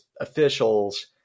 officials